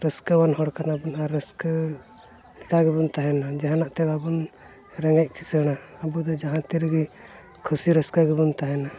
ᱨᱟᱹᱥᱠᱟᱹᱣᱟᱱ ᱦᱚᱲ ᱠᱟᱱᱟ ᱵᱚᱱ ᱟᱨ ᱨᱟᱹᱥᱠᱟᱹ ᱟᱠᱟᱜ ᱜᱮᱵᱚᱱ ᱛᱟᱦᱮᱱᱟ ᱡᱟᱦᱟᱱᱟᱜ ᱛᱮ ᱟᱵᱚ ᱨᱮᱸᱜᱮᱡ ᱠᱤᱥᱟᱹᱬᱟ ᱟᱵᱚ ᱫᱚ ᱡᱟᱦᱟᱸ ᱛᱤ ᱨᱮᱜᱮ ᱠᱩᱥᱤ ᱨᱟᱹᱥᱠᱟᱹ ᱜᱮᱵᱚᱱ ᱛᱟᱦᱮᱱᱟ